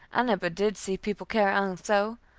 i nebber did see people carry on so.